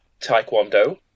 taekwondo